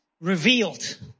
revealed